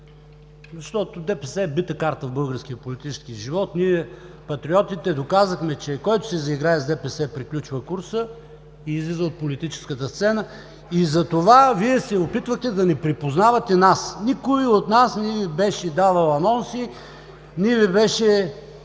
защото ДПС е бита карта в българския политически живот. Ние Патриотите доказахме, че който се заиграе с ДПС приключва курса и излиза от политическата сцена и затова Вие се опитвате да ни припознавате нас. Никой от нас не Ви беше давал анонси, не Ви беше